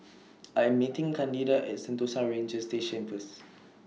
I Am meeting Candida At Sentosa Ranger Station First